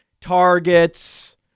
targets